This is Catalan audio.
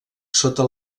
sota